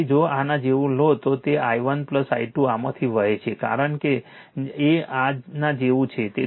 તેથી જો આના જેવું લો તો i1 i2 આમાંથી વહે છે કારણ કે આના જેવું લીધું છે